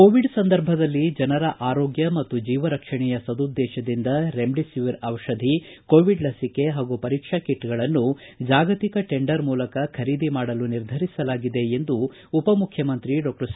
Covid ಸಂದರ್ಭದಲ್ಲಿ ಜನರ ಆರೋಗ್ಯ ಮತ್ತು ಜೀವ ರಕ್ಷಣೆಯ ಸದುದ್ದೇಶದಿಂದ ರೆಡ್ಡಿಸಿವಿರ್ ದಿಷಧಿ ಕೋವಿಡ್ ಲಸಿಕೆ ಹಾಗೂ ಪರೀಕ್ಷಾ ಕಿಟ್ಗಳನ್ನು ಜಾಗತಿಕ ಟೆಂಡರ್ ಮೂಲಕ ಖರೀದಿ ಮಾಡಲು ನಿರ್ಧರಿಸಲಾಗಿದೆ ಎಂದು ಉಪಮುಖ್ಯಮಂತ್ರಿ ಡಾಕ್ಟರ್ ಸಿ